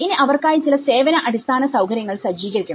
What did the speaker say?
ഇനി അവർക്കായി ചില സേവന അടിസ്ഥാന സൌകര്യങ്ങൾ സജ്ജീകരിക്കണം